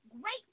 great